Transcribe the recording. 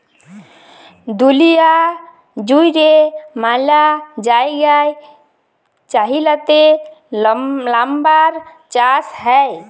দুঁলিয়া জুইড়ে ম্যালা জায়গায় চাইলাতে লাম্বার চাষ হ্যয়